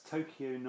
Tokyo